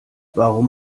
warum